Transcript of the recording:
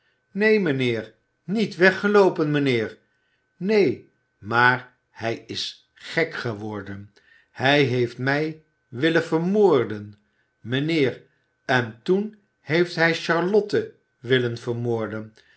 neen mijnheer niet weggeloopen mijnheer neen maar hij is gek geworden hij heeft mij willen vermoorden mijnheer en toen heeft hij charlotte willen vermoorden